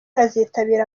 azitabira